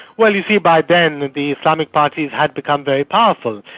well you see by then, the islamic parties had become very powerful.